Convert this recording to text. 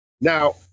Now